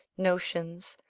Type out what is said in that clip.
notions,